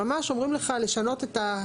ממש אומרים לך לשנות את,